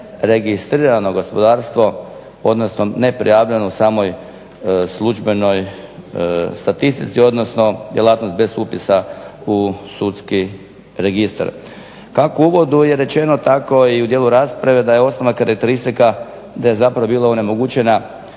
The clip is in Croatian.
neregistrirano gospodarstvo odnosno neprijavljeno u samoj službenoj statistici odnosno djelatnost bez upisa u sudski registar. Kako u uvodu je rečeno tako i u dijelu rasprave da je osnovna karakteristika da je zapravo bila onemogućena